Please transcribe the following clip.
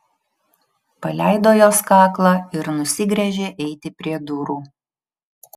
paleido jos kaklą ir nusigręžė eiti prie durų